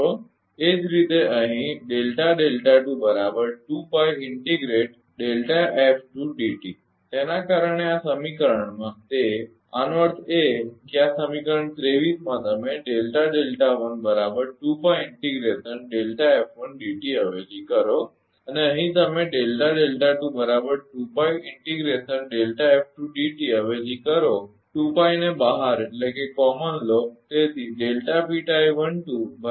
એ જ રીતે અહીં તેના કારણે આ સમીકરણ માં તે આનો અર્થ એ કે આ સમીકરણ 23 માં તમે અવેજી કરો અને અહીં તમે અવેજી કરો ને બહાર લો